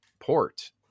port